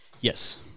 Yes